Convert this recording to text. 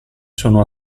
sono